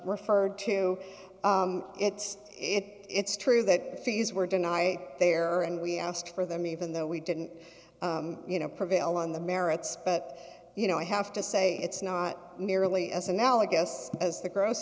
referred to it it it's true that fees were deny there and we asked for them even though we didn't you know prevail on the merits but you know i have to say it's not nearly as analogous as the gross